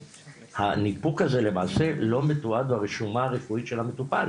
הניפוק הזה למעשה לא מתועד ברשומה הרפואית של המטופל